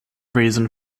reason